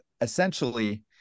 essentially